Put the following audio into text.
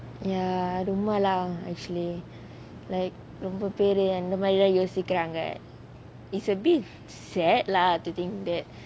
ya ரொம்ப:romba lah actually like ரொம்ப பெரு அந்த மாரி தான் யோசிக்கிறாங்க:romba peru antha maari thaan yosikiraanga it's a bit sad lah to think that